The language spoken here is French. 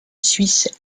suisse